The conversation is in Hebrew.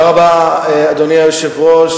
אדוני היושב-ראש,